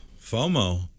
FOMO